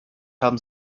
haben